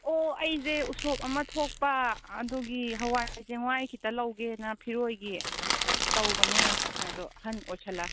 ꯑꯣ ꯑꯩꯖꯦ ꯎꯁꯣꯞ ꯑꯃ ꯊꯣꯛꯄ ꯑꯗꯨꯒꯤ ꯍꯋꯥꯏ ꯆꯦꯡꯋꯥꯏ ꯈꯤꯇ ꯂꯧꯒꯦꯅ ꯐꯤꯔꯣꯏꯒꯤ ꯇꯧꯕꯅꯦ ꯑꯗꯣ ꯑꯍꯟ ꯑꯣꯏꯁꯜꯂꯛ